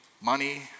money